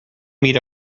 meet